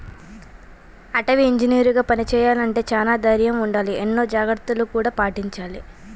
అటవీ ఇంజనీరుగా పని చెయ్యాలంటే చానా దైర్నం ఉండాల, ఎన్నో జాగర్తలను గూడా పాటించాల